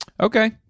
Okay